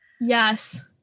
yes